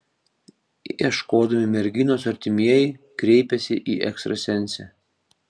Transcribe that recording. ieškodami merginos artimieji kreipėsi į ekstrasensę